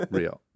real